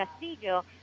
Castillo